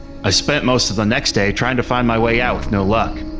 i spent most of the next day trying to find my way out with no luck.